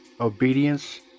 obedience